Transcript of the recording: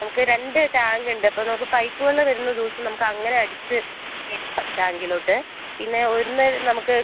നമുക്ക് രണ്ട് ടാങ്ക് ഉണ്ട് അപ്പം നമുക്ക് പൈപ്പ് വെള്ളം വരുന്ന ദിവസം നമുക്ക് അങ്ങനെ അടിച്ച് കയറ്റാം ടാങ്കിലോട്ട് പിന്നെ ഒന്ന് നമുക്ക്